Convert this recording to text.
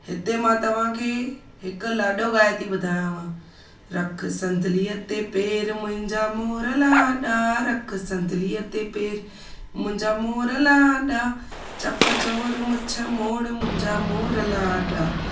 हिते मां तव्हांखे हिकु लाॾो गाए थी ॿुधायांव रखु संदुलीअ ते पेर मुंहिंजा मोर लाॾा रखु संदुलीअ ते पेर मुंहिंजा मोर लाॾा चप चोर मुछा मोर मुंहिंजा मोर लाॾा